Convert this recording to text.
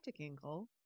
angle